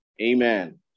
Amen